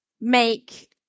make